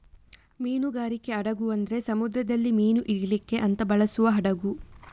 ಮೀನುಗಾರಿಕೆ ಹಡಗು ಅಂದ್ರೆ ಸಮುದ್ರದಲ್ಲಿ ಮೀನು ಹಿಡೀಲಿಕ್ಕೆ ಅಂತ ಬಳಸುವ ಹಡಗು